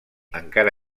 encara